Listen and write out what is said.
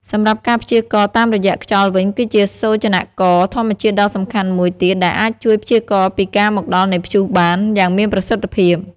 សម្រាប់ការព្យាករណ៍តាមរយៈខ្យល់វិញគឺជាសូចនាករធម្មជាតិដ៏សំខាន់មួយទៀតដែលអាចជួយព្យាករណ៍ពីការមកដល់នៃព្យុះបានយ៉ាងមានប្រសិទ្ធភាព។